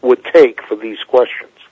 would take for these questions